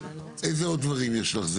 איזה עוד דברים יש לך?